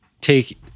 take